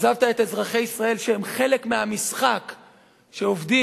אכזבת את אזרחי ישראל שהם חלק מהמשחק שעובדים,